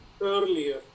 earlier